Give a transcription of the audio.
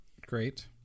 Great